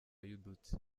y’udutsi